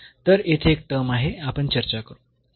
तर येथे एक टर्म आहे आपण चर्चा करू